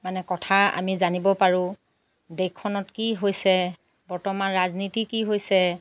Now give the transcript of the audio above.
মানে কথা আমি জানিব পাৰোঁ দেশখনত কি হৈছে বৰ্তমান ৰাজনীতি কি হৈছে